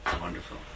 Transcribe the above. Wonderful